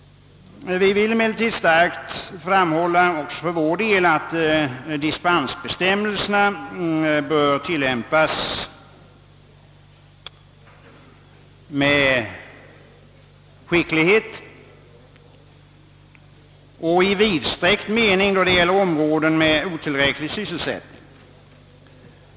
Vi vill emellertid också för vår del med skärpa framhålla att dispensbestämmelserna bör tilllämpas med skicklighet och i vidsträckt mening då det gäller områden med otillräcklig sysselsättning.